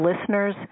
listeners